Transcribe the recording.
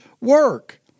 work